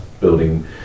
building